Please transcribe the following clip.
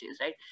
right